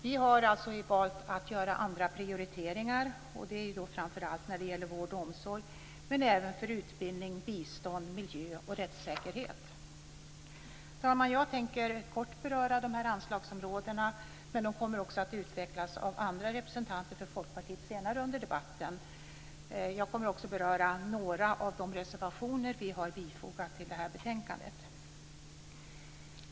Vi har alltså valt att göra andra prioriteringar, framför allt när det gäller vård och omsorg men även när det gäller utbildning, bistånd, miljö och rättssäkerhet. Fru talman! Jag tänker kort beröra de här anslagsområdena, som också kommer att utvecklas av andra representanter för Folkpartiet senare i debatten. Jag kommer också att beröra några av de reservationer som vi har i betänkandet.